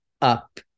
up